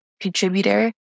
contributor